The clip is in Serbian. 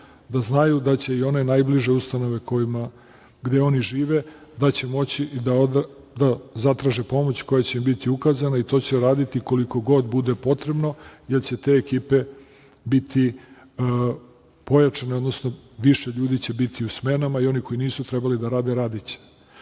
da znaju da će i one najbliže ustanove gde oni žive, da će moći da zatraže pomoć koja će biti ukazana i to će raditi koliko god bude potrebno, jer će te ekipe biti pojačane, odnosno više ljudi će biti u smenama i oni koji nisu trebali da rade radiće. Što